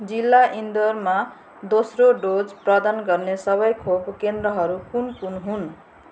जिल्ला इन्दौरमा दोस्रो डोज प्रदान गर्ने सबै खोप केन्द्रहरू कुन कुन हुन्